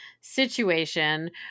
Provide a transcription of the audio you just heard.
situation